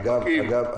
אגב,